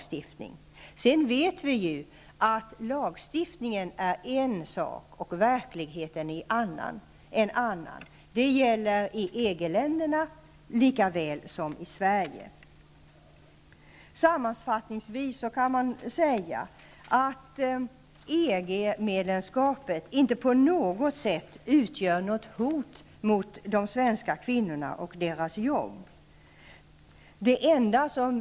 Sedan vet vi ju att lagstiftning är en sak medan verkligheten är en annan. Detta gäller för såväl EG-länderna som Sverige. Sammanfattningsvis utgör inte EG-medlemskapet på något sätt ett hot mot de svenska kvinnorna och deras jobb.